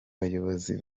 bayobozi